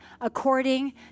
according